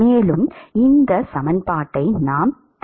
மேலும் இந்த சமன்பாட்டை நாம் தீர்க்கலாம்